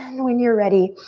and when you're ready,